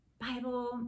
bible